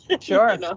sure